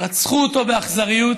רצחו אותו באכזריות,